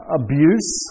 abuse